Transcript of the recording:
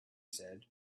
said